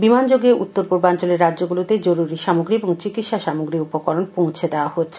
বিমানযোগে উত্তরপূর্বাঞ্চলের রাজ্যগুলোতে জরুরি সামগ্রী ও চিকিৎসা সামগ্রী উপকরণ পৌছে দেওয়া হচ্ছে